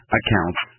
accounts